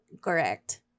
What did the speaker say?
Correct